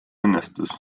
õnnestus